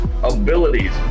abilities